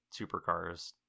supercars